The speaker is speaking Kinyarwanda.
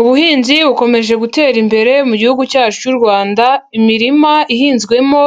Ubuhinzi bukomeje gutera imbere mu gihugu cyacu cy'u Rwanda, imirima ihinzwemo